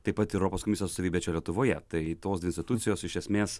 taip pat ir europos komisijos atstovybė čia lietuvoje tai tos dvi institucijos iš esmės